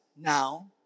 now